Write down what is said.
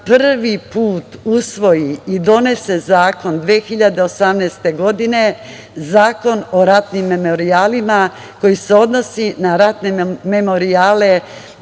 prvi put usvoji i donese zakon 2018. godine, Zakon o ratnim memorijalima koji se odnosi na ratne memorijale